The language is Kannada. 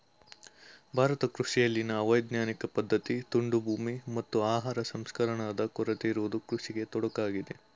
ಭಾರತ ಕೃಷಿಯಲ್ಲಿನ ಅವೈಜ್ಞಾನಿಕ ಪದ್ಧತಿ, ತುಂಡು ಭೂಮಿ, ಮತ್ತು ಆಹಾರ ಸಂಸ್ಕರಣಾದ ಕೊರತೆ ಇರುವುದು ಕೃಷಿಗೆ ತೊಡಕಾಗಿದೆ